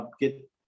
get